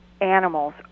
animals